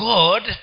God